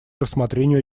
рассмотрению